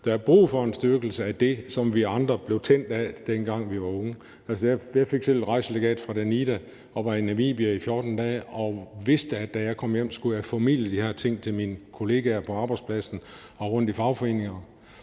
der er brug for en styrkelse af det, som vi andre blev tændt af, dengang vi var unge. Jeg fik selv et rejselegat fra Danida og var i Namibia i 14 dage, og jeg vidste, at da jeg kom hjem, skulle jeg formidle de her ting til mine kollegaer på arbejdspladsen og rundt i fagforeninger.